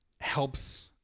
helps